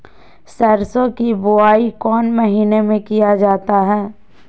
सरसो की बोआई कौन महीने में किया जाता है?